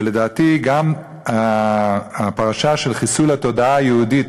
ולדעתי, גם הפרשה של חיסול התודעה היהודית,